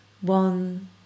one